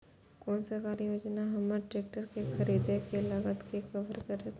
कोन सरकारी योजना हमर ट्रेकटर के खरीदय के लागत के कवर करतय?